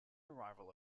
arrival